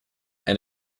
and